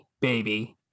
Baby